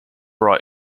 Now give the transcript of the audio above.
bra